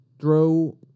throw